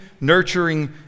nurturing